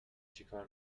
چیکار